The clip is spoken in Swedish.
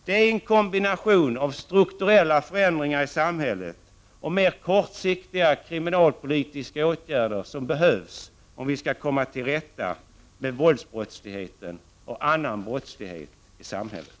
Det är en kombination av strukturella förändringar i samhället och mer kortsiktiga kriminalpolitiska åtgärder som behövs om vi skall komma till rätta med våldsbrottsligheten och annan brottslighet i samhället.